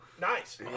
Nice